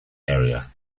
area